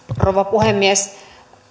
rouva puhemies